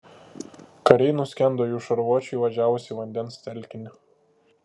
kariai nuskendo jų šarvuočiui įvažiavus į vandens telkinį